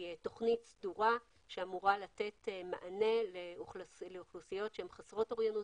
תוכנית סדורה שאמורה לתת מענה לאוכלוסיות שהן חסרות אוריינות